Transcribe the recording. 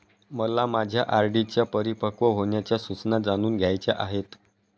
मला माझ्या आर.डी च्या परिपक्व होण्याच्या सूचना जाणून घ्यायच्या आहेत